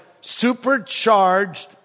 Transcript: supercharged